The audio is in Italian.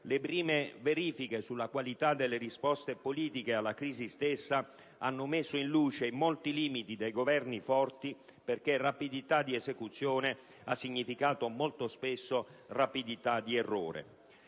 le prime verifiche sulla qualità delle risposte politiche alla crisi stessa hanno messo in luce i molti limiti dei Governi forti, perché rapidità di esecuzione ha significato molto spesso rapidità di errore.